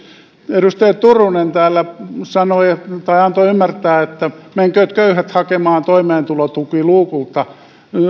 edustaja turunen täällä antoi ymmärtää että menkööt köyhät hakemaan toimeentulotukiluukulta